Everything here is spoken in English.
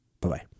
Bye-bye